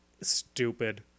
stupid